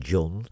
John